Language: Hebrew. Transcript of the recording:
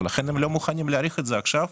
ולכן הם לא מוכנים להאריך את זה עכשיו,